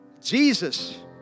Jesus